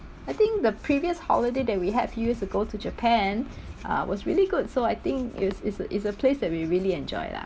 I think the previous holiday that we had years ago to japan uh was really good so I think is is is a place that we really enjoy lah